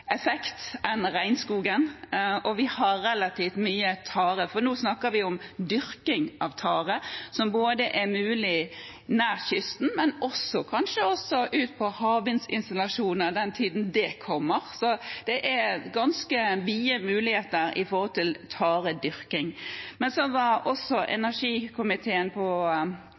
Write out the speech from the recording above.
effekt enn regnskogen, og vi har relativt mye tare. For nå snakker vi om dyrking av tare, som er mulig nær kysten, men kanskje også ute på havvindinstallasjoner – når den tid kommer – så det er ganske vide muligheter når det gjelder taredyrking. Energikomiteen var